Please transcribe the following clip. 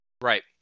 Right